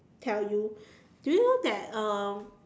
tell you do you know that um